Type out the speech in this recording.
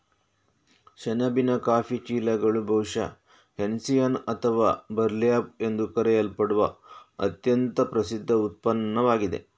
ಸೆಣಬಿನ ಕಾಫಿ ಚೀಲಗಳು ಬಹುಶಃ ಹೆಸ್ಸಿಯನ್ ಅಥವಾ ಬರ್ಲ್ಯಾಪ್ ಎಂದು ಕರೆಯಲ್ಪಡುವ ಅತ್ಯಂತ ಪ್ರಸಿದ್ಧ ಉತ್ಪನ್ನವಾಗಿದೆ